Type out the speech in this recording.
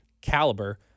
caliber